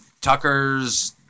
Tucker's